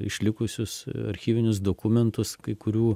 išlikusius archyvinius dokumentus kai kurių